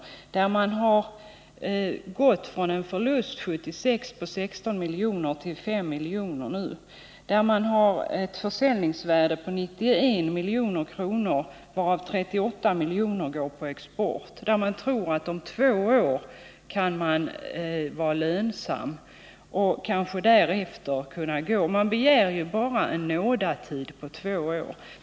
Vi har ett läge där man år 1976 gått från en förlust på 16 milj.kr. till 5 milj.kr., där man har ett försäljningsvärde på 91 milj.kr., varav 38 miljoner går på export, och där man tror att företaget på två år kan vara nästan lönsamt och därefter kanske kan gå ihop. Man begär bara en nådatid på två år.